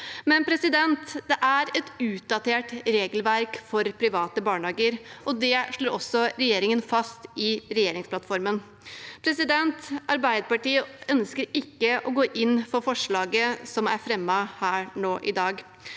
den år for år. Det er et utdatert regelverk for private barnehager, det slår også regjeringen fast i regjeringsplattformen. Arbeiderpartiet ønsker ikke å gå inn for forslaget som er fremmet her i dag.